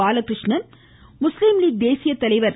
Balakrishnan Muslim League தேசிய தலைவர் திரு